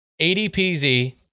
ADPZ